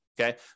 Okay